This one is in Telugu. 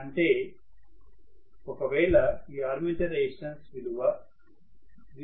అంటే ఒకవేళ ఈ అర్మేచర్ రెసిస్టెన్స్ వాల్యూ 0